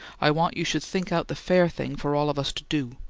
i want you should think out the fair thing for all of us to do.